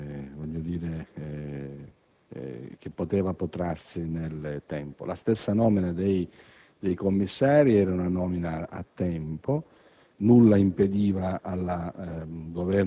e non ad una situazione che poteva protrarsi nel tempo. La stessa nomina dei commissari era a tempo.